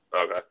Okay